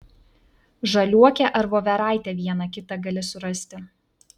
žaliuokę ar voveraitę vieną kitą gali surasti